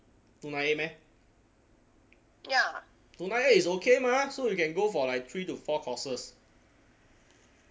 two nine eight meh two nine eight is okay mah so you can go for like three to four courses